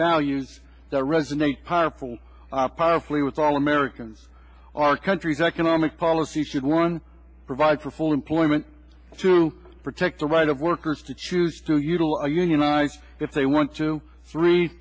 values that resonate powerful powerfully with all americans our country's economic policy should one provide for full employment to protect the right of workers to choose to util a unionized if they want to three